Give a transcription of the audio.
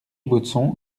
baudson